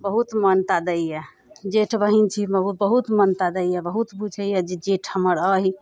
बहुत मानता दैया जेठ बहिन छी मगर बहुत मानता दैया बहुत पुछैया जे जेठ हमर अहि